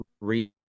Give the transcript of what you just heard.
read